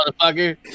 motherfucker